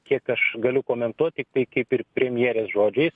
kiek aš galiu komentuot tiktai kaip ir premjerės žodžiais